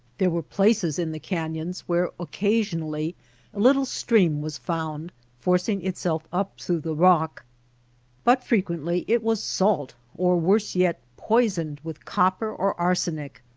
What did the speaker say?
there were places in the canyons where occasionally a little stream was found forcing itself up through the rock but frequently it was salt or, worse yet, poisoned with copper or arsenic.